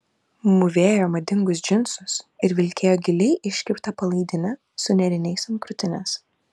mūvėjo madingus džinsus ir vilkėjo giliai iškirptą palaidinę su nėriniais ant krūtinės